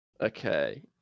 Okay